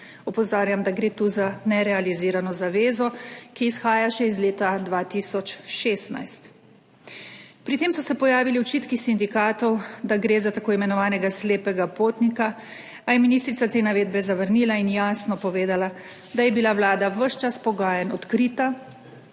Opozarjam, da gre tu za nerealizirano zavezo, ki izhaja še iz leta 2016. Pri tem so se pojavili očitki sindikatov, da gre za tako imenovanega slepega potnika, a je ministrica te navedbe zavrnila in jasno povedala, da je bila Vlada ves čas pogajanj odkrita